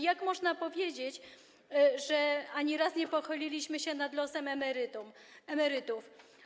Jak można powiedzieć, że ani razu nie pochyliliśmy się nad losem emerytów?